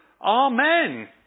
Amen